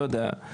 לא יודע,